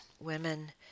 women